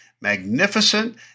magnificent